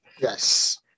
Yes